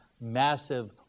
Massive